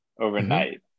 overnight